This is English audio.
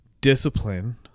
discipline